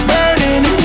Burning